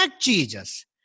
Jesus